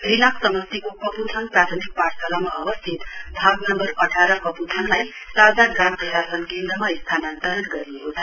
रिनक समस्टिको कपुथाङ प्रथमिक पाठशालामा अवस्थित भाग नम्वर अठार कपुथाङलाई ताजा ग्राम प्रशासन केन्द्रमा स्थानान्तरण गरिएको छ